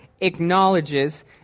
acknowledges